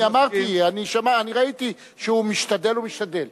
אני אמרתי, אני ראיתי שהוא משתדל ומשתדל.